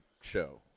show